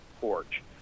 porch